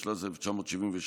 התשל"ז 1977,